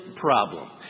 problem